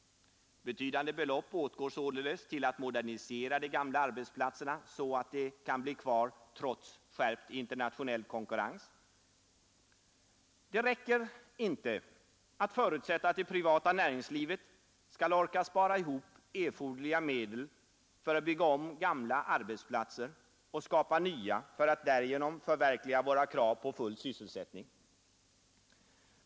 Betydande belopp åtgår således för att modernisera gamla arbetsplatser så att de kan bli kvar trots skärpt internationell konkurrens. Det räcker inte att förutsätta att det privata näringslivet skall orka spara ihop erforderliga medel för att bygga om gamla arbetsplatser och skapa nya för att därigenom förverkliga våra krav på full sysselsättning.